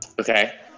Okay